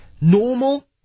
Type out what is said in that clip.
Normal